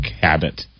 habit